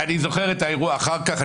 אני זוכר את האירוע אחר כך.